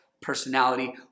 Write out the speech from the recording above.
personality